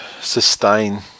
sustain